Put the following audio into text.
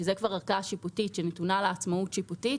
וזו כבר ערכאה שיפוטית שנתונה לעצמאות שיפוטית